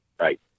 right